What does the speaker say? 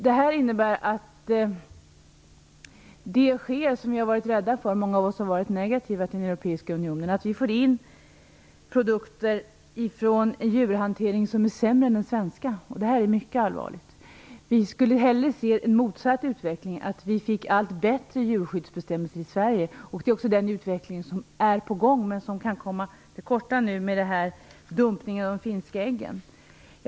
Detta innebär att det som många av oss som har varit negativa till den europeiska unionen har varit rädda för nu sker, dvs. att vi får in produkter från en djurhantering som är sämre än den svenska. Detta är mycket allvarligt. Vi skulle hellre se motsatt utveckling, dvs. att vi får allt bättre djurskyddsbestämmelser i Sverige. Det är också den utveckling som är på gång, men den kan komma till korta genom dumpningen av de finska äggen.